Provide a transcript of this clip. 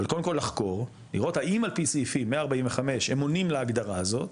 אבל קודם כל לחקור ולראות האם על פי סעיפים 145 הם עונים להגדרה הזאת,